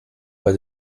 bei